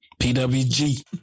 PWG